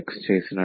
t